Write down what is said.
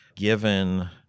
given